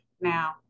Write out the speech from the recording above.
Now